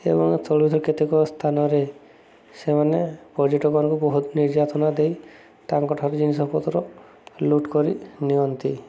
ଏବଂ ତଳୁ ଥିବା କେତେକ ସ୍ଥାନରେ ସେମାନେ ପର୍ଯ୍ୟଟକମାନଙ୍କୁ ବହୁତ ନିର୍ଯାତନା ଦେଇ ତାଙ୍କ ଠାରୁ ଜିନିଷପତ୍ର ଲୁଟ କରି ନିଅନ୍ତି